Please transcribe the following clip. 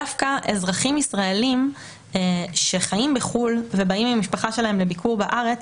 דווקא אזרחים ישראלים שחיים בחו"ל ובאים עם המשפחה שלהם לביקור בארץ,